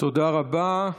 תודה רבה.